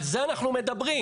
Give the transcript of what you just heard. על זה אנחנו מדברים.